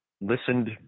listened